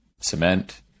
cement